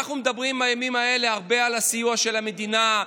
אנחנו מדברים בימים האלה הרבה על הסיוע של המדינה.